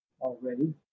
already